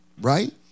right